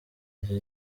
iki